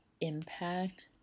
impact